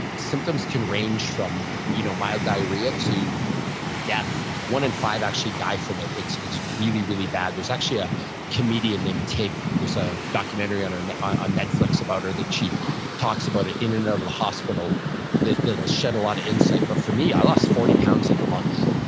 symptoms can range from you know mild diarrhea to death. one in five actually die from it. it's it's really really bad there's actually a comedian named tig, there's a documentary on and netflix about her that she talks about it, in and out of the hospital that'll shed a lot of insight. but for me, i lost forty pounds in a month.